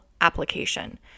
application